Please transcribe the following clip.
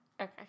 okay